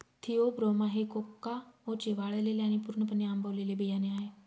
Theobroma हे कोकाओचे वाळलेले आणि पूर्णपणे आंबवलेले बियाणे आहे